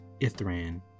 Ithran